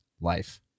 life